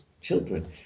children